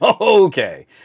Okay